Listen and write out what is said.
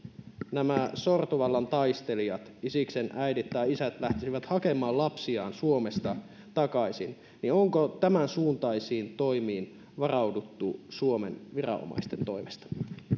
nämä sortovallan taistelijat isiksen äidit tai isät lähtisivät hakemaan lapsiaan suomesta takaisin onko tämänsuuntaisiin toimiin varauduttu suomen viranomaisten toimesta